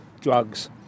drugs